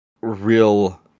real